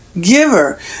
giver